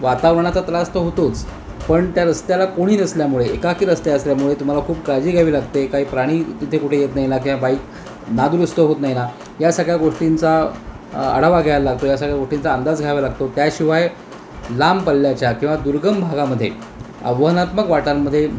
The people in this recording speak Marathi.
वातावरणाचा त्रास त होतोच पण त्या रस्त्याला कोणी न असल्यामुळे एकाकी रस्ते असल्यामुळे तुम्हाला खूप काळजी घ्यावी लागते काही प्राणी तिथे कुठे येत नाही ना किंवा बाईक नादुरुस्त होत नाही ना या सगळ्या गोष्टींचा अढावा घ्यायला लागतो या सगळ्या गोष्टींचा अंदाज घ्यावा लागतो त्याशिवाय लांब पल्ल्याच्या किंवा दुर्गम भागामध्ये आव्हानात्मक वाटांमध्ये